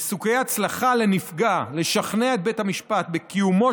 וסיכויי ההצלחה לנפגע לשכנע את בית המשפט בקיומו